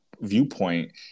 viewpoint